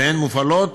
והן מופעלות